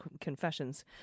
confessions